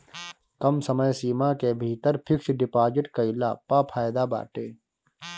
कम समय सीमा के भीतर फिक्स डिपाजिट कईला पअ फायदा बाटे